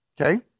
Okay